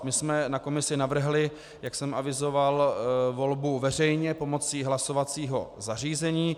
My jsme na komisi navrhli, jak jsem avizoval, volbu veřejně pomocí hlasovacího zařízení.